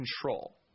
control